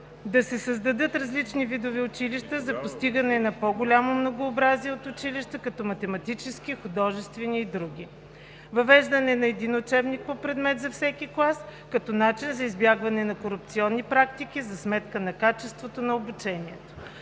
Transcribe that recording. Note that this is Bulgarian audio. да се създадат различни видове училища, за постигане на по голямо многообразие от училища, като математически, художествени и други; - въвеждане на един учебник по предмет за всеки клас като начин за избягване на корупционни практики за сметка на качеството на обучението;